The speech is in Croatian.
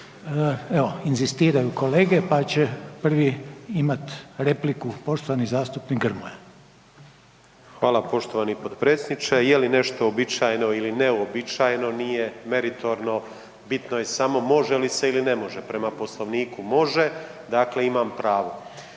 evo, inzistiraju kolege pa će prvi imati repliku, poštovani zastupnik Grmoja. **Grmoja, Nikola (MOST)** Hvala poštovani potpredsjedniče. Je li nešto uobičajeno ili neuobičajeno, nije meritorno. Bitno je samo može li se ili ne može prema Poslovniku može, dakle, imam pravo.